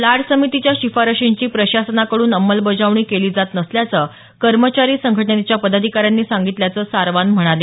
लाड समितीच्या शिफारशींची प्रशासनाकडून अंमलबजावणी केली जात नसल्याचं कर्मचारी संघटनेच्या पदाधिकाऱ्यांनी सांगितल्याचं सारवान म्हणाले